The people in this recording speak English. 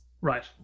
right